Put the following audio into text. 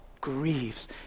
grieves